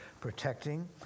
protecting